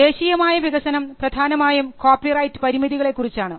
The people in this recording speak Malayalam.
ദേശീയമായ വികസനം പ്രധാനമായും കോപ്പിറൈറ്റ് പരിമിതികളെക്കുറിച്ചാണ്